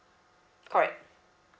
correct